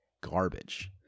garbage